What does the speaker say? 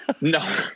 No